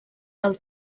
del